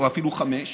או אפילו חמש,